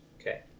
Okay